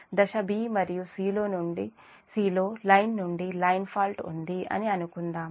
దశ b మరియు c లో లైన్ నుండి లైన్ ఫాల్ట్ ఉంది అని అనుకుందాము